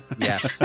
Yes